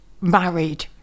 married